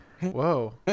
Whoa